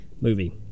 movie